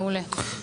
מעולה.